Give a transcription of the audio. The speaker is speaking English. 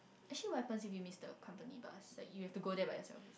actually what happens if you miss the company bus like you have to go there by yourself